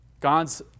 God's